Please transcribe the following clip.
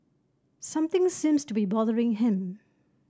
something seems to be bothering him